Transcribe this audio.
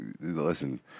listen